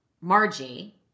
Margie